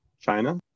China